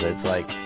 it's like.